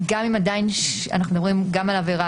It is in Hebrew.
אנחנו הבוקר הפצנו תזכיר שמתייחס לסוגיית הרישום הפלילי,